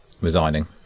resigning